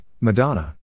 Madonna